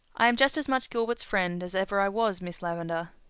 i am just as much gilbert's friend as ever i was, miss lavendar.